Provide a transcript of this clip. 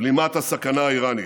ובלימת הסכנה האירנית,